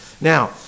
Now